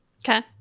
Okay